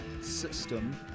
system